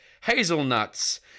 hazelnuts